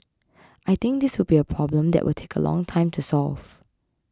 I think this will be a problem that will take a long time to solve